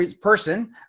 person